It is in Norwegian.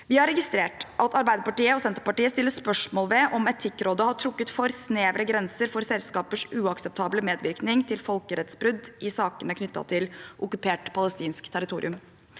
Arbeiderpartiet og Senterpartiet stiller spørsmål ved om Etikkrådet har trukket for snevre grenser for selskapers uakseptable medvirkning til folkerettsbrudd i sakene knyttet til okkupert palestinsk territorium,